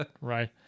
right